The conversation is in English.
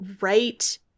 right